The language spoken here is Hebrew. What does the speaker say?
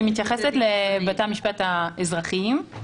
והיא מתייחסת לבתי המשפט האזרחיים.